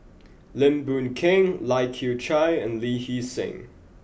Lim Boon Keng Lai Kew Chai and Lee Hee Seng